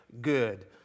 good